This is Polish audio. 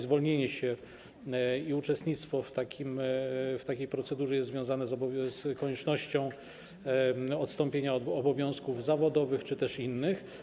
Zwolnienie się i uczestnictwo w takiej procedurze jest związane z koniecznością odstąpienia od obowiązków zawodowych czy też innych.